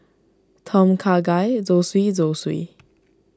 Tom Kha Gai Zosui Zosui